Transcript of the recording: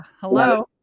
hello